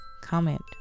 comment